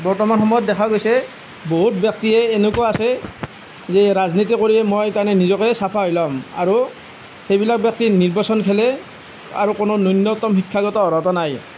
বৰ্তমান সময়ত দেখা গৈছে বহুত ব্যক্তিয়ে এনেকুৱা আছে যে ৰাজনীতিয়ে কৰি মই তাৰমানে নিজকে চাফা হৈ ল'ম আৰু সেইবিলাক ব্যক্তি নিৰ্বাচন খেলে আৰু কোনো ন্য়ূনতম শিক্ষাগত অৰ্হতা নাই